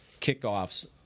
kickoffs